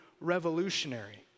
revolutionary